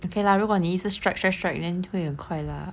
okay lah 如果你一直 strike strike strike then 会很快 lah